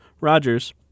Rogers